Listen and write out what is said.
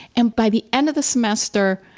and by the end of the semester,